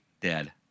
dead